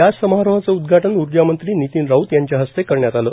या समारोहाचे उद्घाटन ऊर्जा मंत्री नितीन राऊत यांच्या हस्ते करण्यात आले